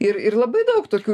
ir ir labai daug tokių